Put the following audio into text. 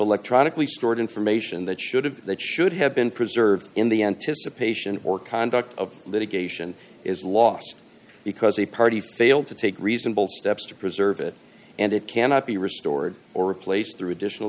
electronically stored information that should have that should have been preserved in the end to subpoena or conduct of litigation is lost because the party failed to take reasonable steps to preserve it and it cannot be restored or replaced through additional